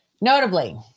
Notably